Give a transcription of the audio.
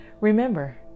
Remember